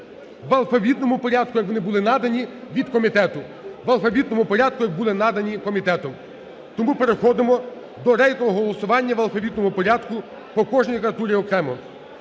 в алфавітному порядку, як вони були надані від комітету. В алфавітному порядку, як були надані комітетом. Тому переходимо до рейтингового голосування в алфавітному порядку по кожній кандидатурі окремо.